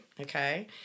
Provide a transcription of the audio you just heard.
Okay